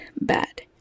Bad